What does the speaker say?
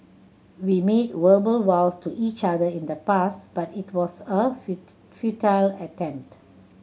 we made verbal vows to each other in the past but it was a futile attempt